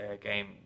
game